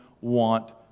want